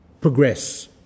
progress